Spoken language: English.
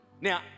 Now